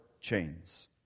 chains